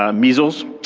um measles.